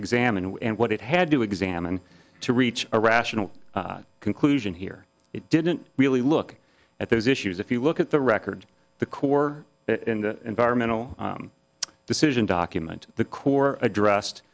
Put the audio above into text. examine and what it had to examine to reach a rational conclusion here it didn't really look at those issues if you look at the record the core environmental decision document the core addressed